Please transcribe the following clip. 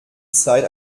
zeit